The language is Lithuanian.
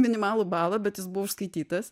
minimalų balą bet jis buvo užskaitytas